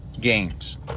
games